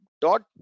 dot